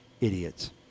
idiots